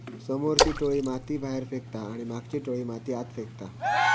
समोरची टोळी माती बाहेर फेकता आणि मागची टोळी माती आत फेकता